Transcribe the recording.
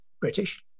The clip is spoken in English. British